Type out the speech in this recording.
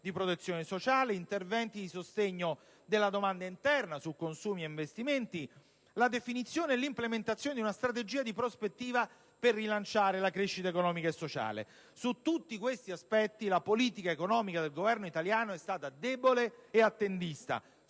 di protezione sociale; interventi di sostegno della domanda interna (consumi e investimenti); la definizione e l'implementazione di una strategia di prospettiva per rilanciare la crescita economica e sociale. Su tutti questi aspetti la politica economica del Governo italiano è stata debole e attendista,